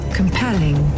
compelling